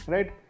Right